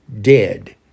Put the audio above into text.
Dead